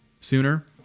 sooner